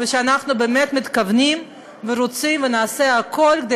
ואנחנו באמת מתכוונים ורוצים ונעשה הכול כדי